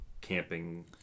camping